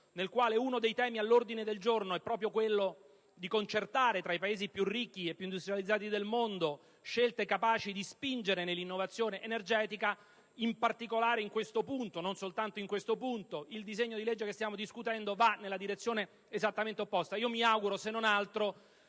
nel quale uno dei temi all'ordine del giorno è quello di concertare tra i Paesi più ricchi e industrializzati del mondo scelte capaci di spingere all'innovazione energetica, in particolare in questo punto e non solo il disegno di legge che stiamo discutendo va nella direzione esattamente opposta. Mi auguro, se non altro,